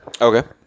Okay